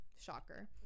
Shocker